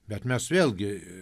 bet mes vėlgi